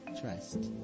trust